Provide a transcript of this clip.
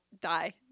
die